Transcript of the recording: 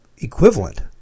equivalent